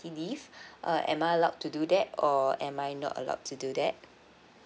leave err am I allowed to do that or am I not allowed to do that